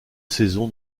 saison